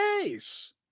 case